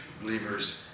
believers